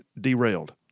derailed